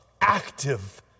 active